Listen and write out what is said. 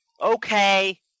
okay